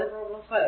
ഇതാണ് പ്രോബ്ലം 5